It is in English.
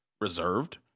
reserved